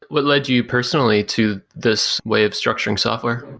what led you personally to this way of structuring software?